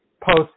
post